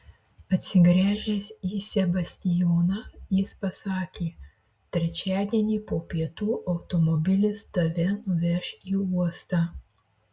atsigręžęs į sebastijoną jis pasakė trečiadienį po pietų automobilis tave nuveš į uostą